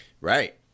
Right